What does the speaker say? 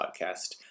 podcast